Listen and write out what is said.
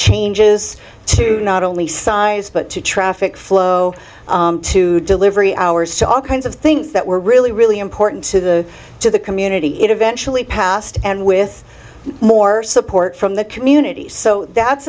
changes to not only size but to traffic flow to delivery hours to all kinds of things that were really really important to the to the community events passed and with more support from the community so that's